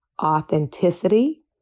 authenticity